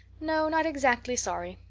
no, not exactly sorry.